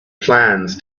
plans